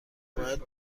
باید